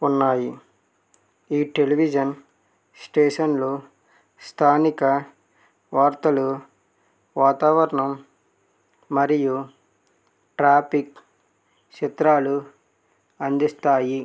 ఉన్నాయి ఈ టెలివిజన్ స్టేషన్లో స్థానిక వార్తలు వాతావరణం మరియు ట్రాపిక్ చిత్రాలు అందిస్తాయి